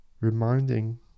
reminding